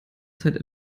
zeit